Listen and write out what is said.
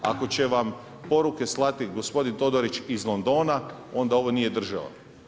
Ako će vam poruke slati gospodin Todorić iz Londona, onda ovo nije država.